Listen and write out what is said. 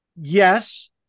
yes